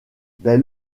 bel